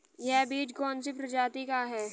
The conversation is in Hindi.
यह बीज कौन सी प्रजाति का है?